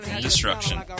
destruction